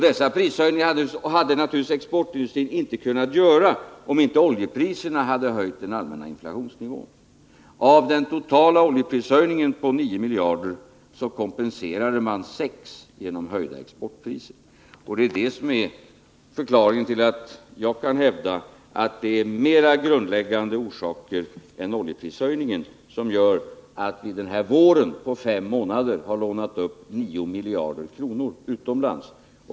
Dessa prishöjningar hade exportindustrin naturligtvis inte kunnat göra, om inte oljepriserna hade höjt den allmänna inflationsnivån. Av den totala oljeprishöjningen på 9 miljarder kompenserade man 6 miljarder genom höjda exportpriser. Det är det som är förklaringen till att jag kan hävda att det är mera grundläggande orsaker än oljeprishöjningen som gör att vi denna vår på fem månader har lånat upp 9 miljarder kronor utomlands.